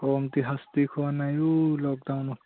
কমতি শাস্তি খোৱা নাই অ' লকডাউনত